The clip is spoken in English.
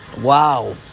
wow